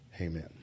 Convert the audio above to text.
amen